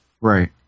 Right